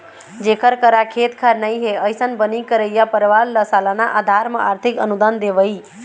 जेखर करा खेत खार नइ हे, अइसन बनी करइया परवार ल सलाना अधार म आरथिक अनुदान देवई